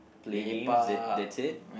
play games then that's it